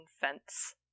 fence